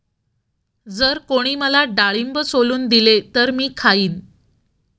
जर कोणी मला डाळिंब सोलून दिले तर मी खाईन